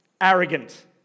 arrogant